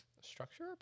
structure